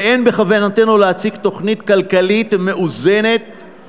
ולכן בכוונתנו להציג תוכנית כלכלית מאוזנת,